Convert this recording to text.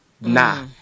nah